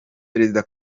perezida